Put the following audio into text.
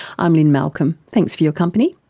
i'm lynne malcolm, thanks for your company.